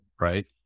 right